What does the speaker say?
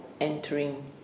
entering